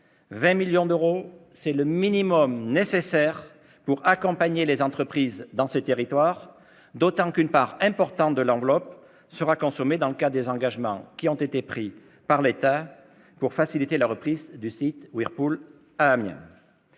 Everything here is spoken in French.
20 millions d'euros, c'est le minimum nécessaire pour accompagner les entreprises dans ces territoires, d'autant qu'une part importante de cette enveloppe sera consommée dans le cadre des engagements pris par l'État pour faciliter la reprise du site de Whirlpool à Amiens.